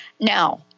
Now